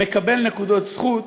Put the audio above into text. מקבל נקודות זכות,